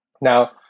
Now